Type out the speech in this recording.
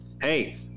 Hey